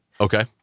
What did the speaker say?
Okay